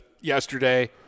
yesterday